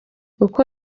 uko